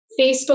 Facebook